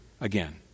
again